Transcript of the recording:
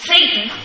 Satan